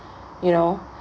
you know